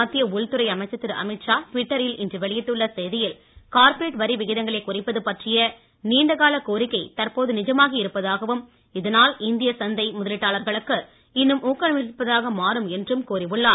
மத்திய உள்துறை அமைச்சர் திரு அமீத்ஷா டுவிட்டரில் இன்று வெளியிட்டுள்ள செய்தியில் கார்ப்பரேட் வரி விகிதங்களை குறைப்பது பற்றிய நீண்டகால கோரிக்கை தற்போது நிஜமாகி இருப்பதாகவும் இதனால் இந்திய சந்தை ஊக்கமளிப்பதாக மாறும் என்றும் கூறி உள்ளார்